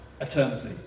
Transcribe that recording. Eternity